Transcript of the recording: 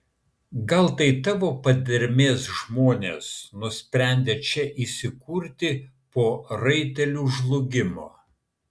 gal tai tavo padermės žmonės nusprendę čia įsikurti po raitelių žlugimo